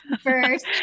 first